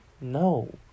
No